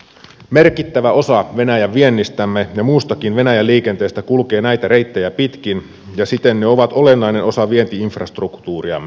merkittävä osa venäjän viennistämme ja muustakin venäjän liikenteestä kulkee näitä reittejä pitkin ja siten ne ovat olennainen osa vienti infrastruktuuriamme